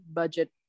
budget